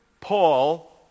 Paul